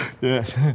Yes